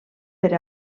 per